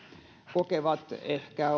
kokevat ehkä